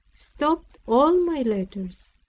stopped all my letters,